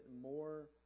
more